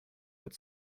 but